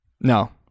no